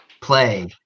play